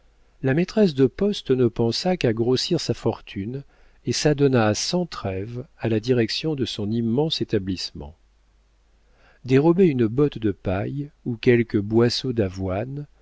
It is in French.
la maîtresse de poste ne pensa qu'à grossir sa fortune et s'adonna sans trêve à la direction de son immense établissement dérober une botte de paille ou quelques boisseaux d'avoine